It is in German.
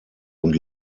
und